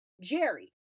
Jerry